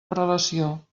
prelació